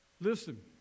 Listen